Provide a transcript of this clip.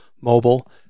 mobile